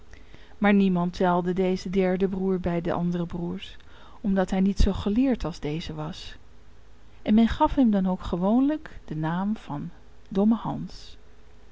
maar niemand telde dezen derden broer bij de andere broers omdat hij niet zoo geleerd als deze was en men gaf hem dan ook gewoonlijk den naam van dommen hans